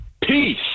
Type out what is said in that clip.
Peace